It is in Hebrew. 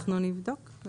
אנחנו נבדוק.